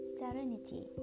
serenity